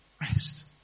rest